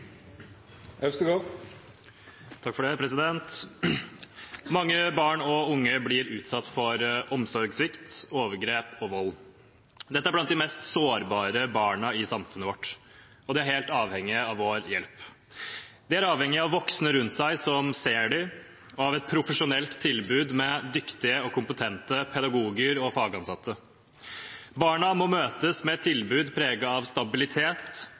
Mange barn og unge blir utsatt for omsorgssvikt, overgrep og vold. Dette er blant de mest sårbare barna i samfunnet vårt, og de er helt avhengige av vår hjelp. De er avhengige av voksne rundt seg som ser dem, og av et profesjonelt tilbud med dyktige og kompetente pedagoger og fagansatte. Barna må møtes med et tilbud preget av stabilitet,